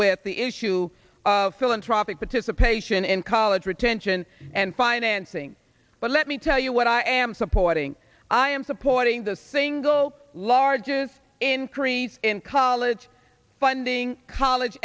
with the issue of philanthropic participation in college retention and financing but let me tell you what i am supporting i am supporting the single largest increase in college funding college